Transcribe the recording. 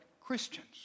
Christians